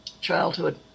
childhood